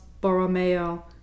Borromeo